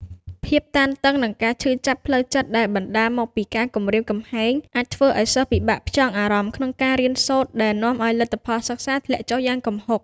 ភាពតានតឹង និង ការឈឺចាប់ផ្លូវចិត្ត ដែលបណ្តាលមកពីការគំរាមកំហែងអាចធ្វើឲ្យសិស្សពិបាកផ្ចង់អារម្មណ៍ក្នុងការរៀនសូត្រ ដែលនាំឲ្យ លទ្ធផលសិក្សាធ្លាក់ចុះយ៉ាងគំហុក។